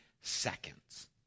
seconds